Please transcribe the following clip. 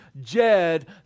Jed